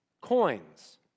coins